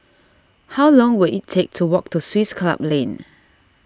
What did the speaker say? how long will it take to walk to Swiss Club Lane